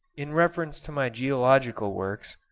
in reference to my geological works,